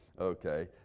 okay